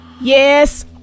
Yes